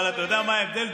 אבל אתה יודע מה ההבדל,